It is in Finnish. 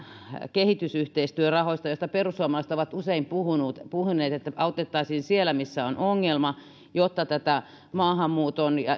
kehitysyhteistyörahoista ja kun perussuomalaiset ovat usein puhuneet puhuneet että autettaisiin siellä missä on ongelma jotta maahanmuuttoa ja